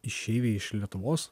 išeiviai iš lietuvos